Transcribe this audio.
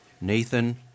Nathan